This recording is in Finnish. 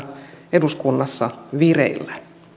eduskunnassa vireillä